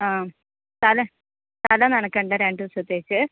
ആ തല തല നനക്കണ്ടേ രണ്ട് ദിവസത്തേക്ക്